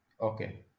Okay